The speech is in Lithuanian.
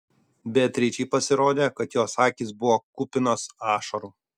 beatričei pasirodė kad jos akys buvo kupinos ašarų